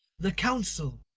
the council,